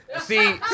See